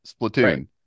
Splatoon